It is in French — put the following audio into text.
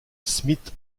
smith